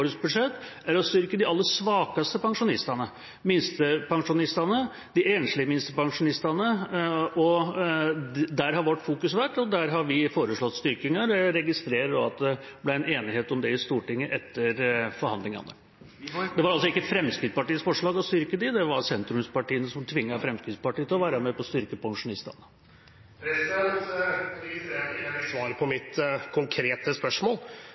budsjett, er å styrke de aller svakeste pensjonistene – minstepensjonistene og de enslige minstepensjonistene. Det har vi fokusert på og foreslått styrking av. Jeg registrerer at det er enighet om det i Stortinget etter forhandlingene. Det var altså ikke Fremskrittspartiets forslag å styrke dem. Det var sentrumspartiene som tvang Fremskrittspartiet til å være med på å styrke pensjonistene. Jeg registrerer at jeg ikke fikk svar på mitt konkrete spørsmål.